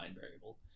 variable